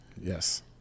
Yes